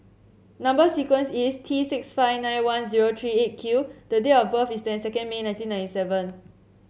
number sequence is T six five nine one zero three Eight Q the date of birth is twenty second May nineteen ninety seven